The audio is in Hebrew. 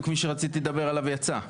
מי שרציתי לדבר עליו בדיוק יצא.